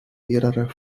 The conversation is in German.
mehrerer